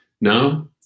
no